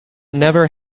never